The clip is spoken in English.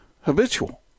habitual